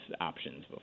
options